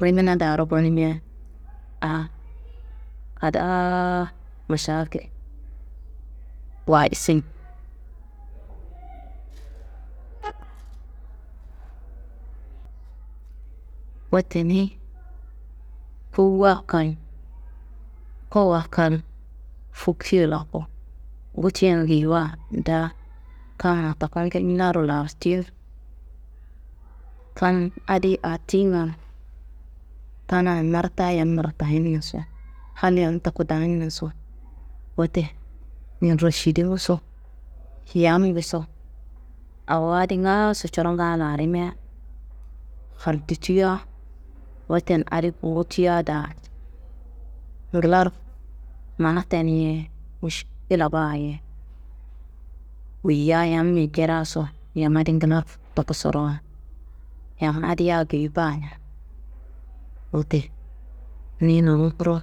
Rimina daaro gonima a kadaa mašakil waa isin. Wote niyi kowuwa kal, koawa kal fukcuwo laa ko, gotiyen geyiwa daa, kamma taku ngillaro lartiyon kam adiyi aa tiyingan tana marta yam martayinnaso, hal yam taku dayinnaso. Wote ninrešidunguso, yamnguso awo adi ngaaso coronga larima hardutuya woten adi foktiya daa ngilaro mana teni ye miškila ba- ye. Woyiya yammi ceraso, yamma adi ngila toku sorowo, yamma adiya geyi ba na. Wote niyi nonumburo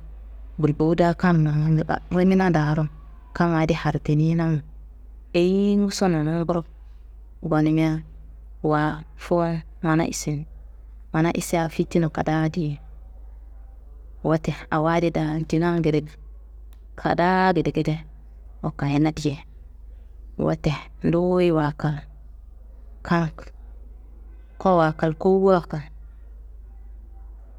burkowu da rimina daaro kamma adi hardininamu, eyinguso nonumburo gonima wa fuwun mana isin, mana isa fittina kadaa diye. Wote awo adi daan dinangede, kadaa gedegede wakayina diye. Wote nduyi wayi kal kam koawa kal, kowuwa kal.